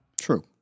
True